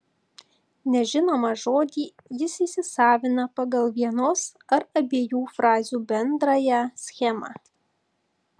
nežinomą žodį jis įsisavina pagal vienos ar abiejų frazių bendrąją schemą